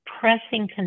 pressing